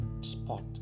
spot